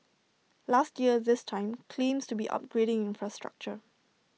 last year this time claims to be upgrading infrastructure